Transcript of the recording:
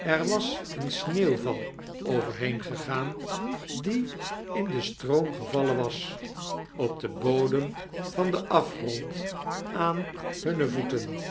er was een sneeuwval overheen gegaan die in den stroom gevallen was op den bodem van den afgrond aan hunne voeten